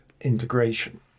integration